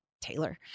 Taylor